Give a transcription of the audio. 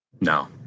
no